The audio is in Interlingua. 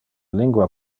lingua